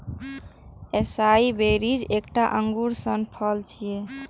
एसाई berries एकटा अंगूर सन फल छियै